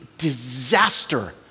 disaster